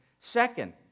Second